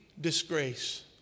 disgrace